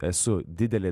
esu didelė